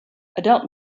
adult